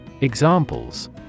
Examples